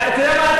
אתה יודע מה?